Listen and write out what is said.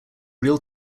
real